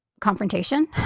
confrontation